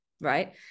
right